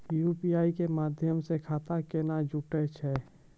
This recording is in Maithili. यु.पी.आई के माध्यम से खाता केना जुटैय छै?